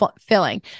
filling